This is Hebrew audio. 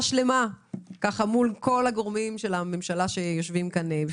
שלמה מול כל הגורמים של הממשלה שיושבים כאן.